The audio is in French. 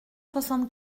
soixante